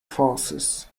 forces